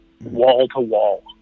wall-to-wall